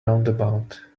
roundabout